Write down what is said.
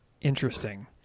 Interesting